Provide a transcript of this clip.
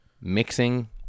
mixing